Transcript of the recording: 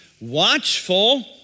watchful